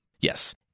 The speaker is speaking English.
Yes